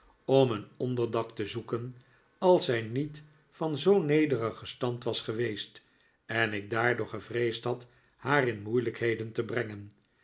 om een onderdak te zoeken als zij niet van zoo nederigen stand was geweest en ik daardoor gevreesd had haar in moeilijkheden te brengen